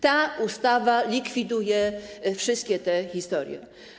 Ta ustawa likwiduje wszystkie te historie.